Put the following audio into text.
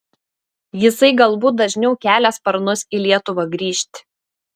jisai galbūt dažniau kelia sparnus į lietuvą grįžt